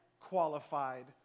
qualified